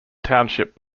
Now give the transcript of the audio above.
township